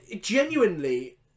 Genuinely